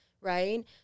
Right